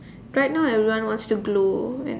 right now everyone want's to glow